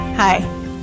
Hi